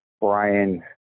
Brian